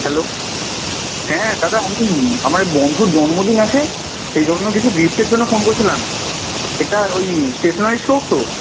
hello হ্যাঁ দাদা আমি আমার এক বন্ধুর জন্মদিন আছে সেজন্য কিছু গিফটের জন্য ফোন করছিলাম এটা ওই স্টেশনারি শপ তো